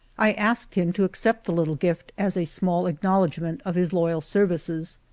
i asked him to accept the little gift as a small acknowl edgment of his loyal services.